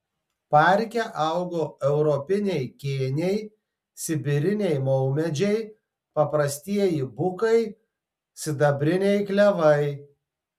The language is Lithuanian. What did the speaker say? parke augo europiniai kėniai sibiriniai maumedžiai paprastieji bukai sidabriniai klevai